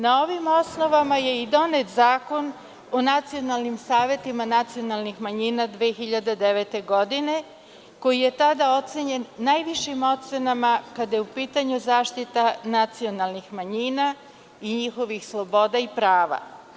Na ovim osnovama je i donet Zakon o nacionalnim savetima nacionalnih manjina 2009. godine, koji je tada ocenjen najvišim ocenama kada je u pitanju zaštita nacionalnih manjina i njihovih sloboda i prava.